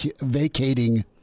vacating